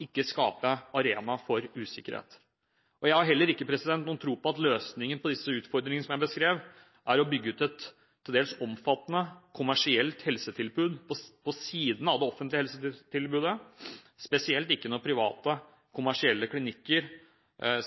ikke skape en arena for usikkerhet. Jeg har heller ingen tro på at løsningen på disse utfordringene som jeg beskrev, er å bygge ut et til dels omfattende kommersielt helsetilbud på siden av det offentlige helsetilbudet – spesielt ikke når private, kommersielle klinikker